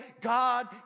God